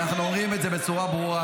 אנחנו אומרים את זה בצורה ברורה: